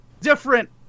Different